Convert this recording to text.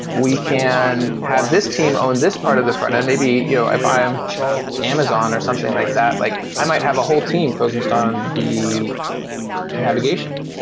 we can have this team own this part of the front-end. maybe you know if i'm amazon or something like that, like i might have a whole team focused on the navigation.